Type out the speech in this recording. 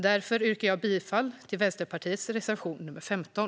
Jag yrkar därför bifall till Vänsterpartiets reservation nr 15.